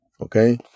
Okay